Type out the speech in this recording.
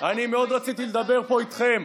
אני מאוד רציתי לדבר פה איתכם,